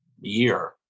year